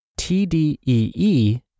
TDEE